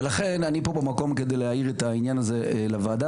ולכן אני פה כדי להאיר את העניין הזה בפני הוועדה.